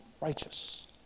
righteous